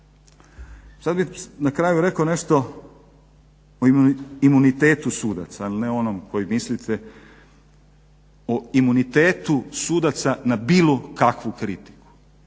Sad bih na kraju rekao nešto o imunitetu sudaca, ali ne onom koji mislite, o imunitetu sudaca na bilo kakvu kritiku.